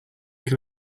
can